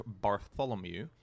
Bartholomew